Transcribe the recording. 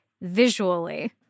visually